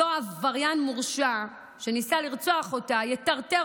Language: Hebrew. אותו עבריין מורשע שניסה לרצוח אותה יטרטר